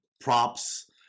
props